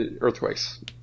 earthquakes